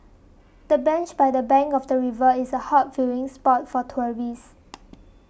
the bench by the bank of the river is a hot viewing spot for tourists